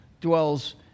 dwells